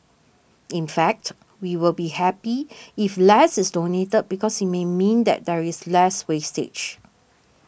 in fact we will be happy if less is donated because it may mean that there is less wastage